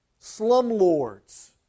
slumlords